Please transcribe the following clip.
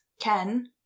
Ken